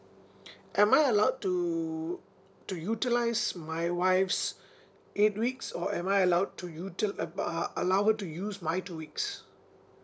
am I allowed to to utilise my wife's eight weeks or am I allowed to uti~ uh b~ err allowed her to use my two weeks